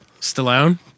Stallone